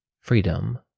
freedom